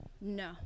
no